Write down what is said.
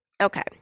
okay